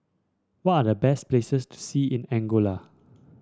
what are the best places to see in Angola